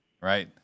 right